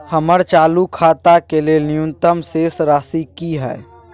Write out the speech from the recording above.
हमर चालू खाता के लेल न्यूनतम शेष राशि की हय?